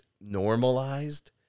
normalized